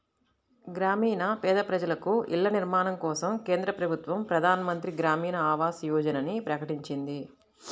గ్రామీణ పేద ప్రజలకు ఇళ్ల నిర్మాణం కోసం కేంద్ర ప్రభుత్వం ప్రధాన్ మంత్రి గ్రామీన్ ఆవాస్ యోజనని ప్రకటించింది